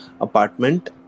apartment